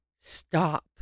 stop